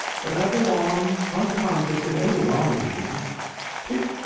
but i go on unconscious of any wrong-doing tic-toc,